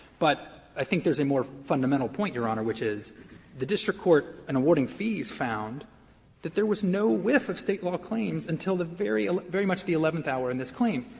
but i think there's a more fundamental point, your honor, which is the district court, in awarding fees, found there was no whiff of state law claims until the very very much the eleventh hour in this claim.